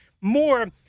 More